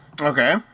okay